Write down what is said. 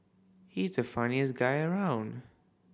he's the funniest guy around